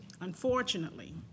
unfortunately